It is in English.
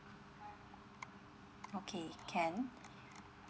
okay can